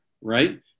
right